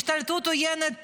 השתלטות עוינת